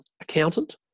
accountant